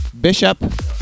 Bishop